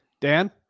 Dan